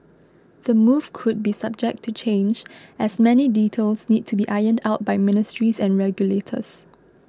the move could be subject to change as many details need to be ironed out by ministries and regulators